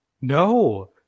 No